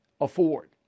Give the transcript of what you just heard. afford